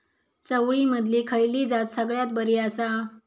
चवळीमधली खयली जात सगळ्यात बरी आसा?